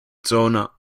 zona